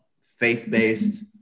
faith-based